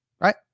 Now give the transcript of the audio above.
Right